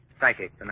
psychic